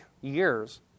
years